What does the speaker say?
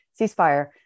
ceasefire